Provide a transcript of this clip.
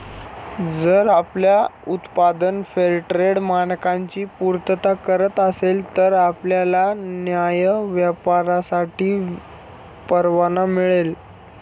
जर आपले उत्पादन फेअरट्रेड मानकांची पूर्तता करत असेल तर आपल्याला न्याय्य व्यापारासाठी परवाना मिळेल